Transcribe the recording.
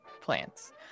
plants